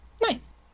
Nice